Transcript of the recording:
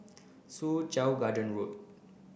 Soo Chow Garden Road